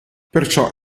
perciò